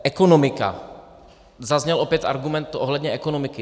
Ekonomika zazněl opět argument ohledně ekonomiky.